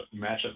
matchup